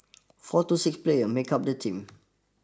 four to six players make up the team